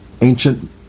ancient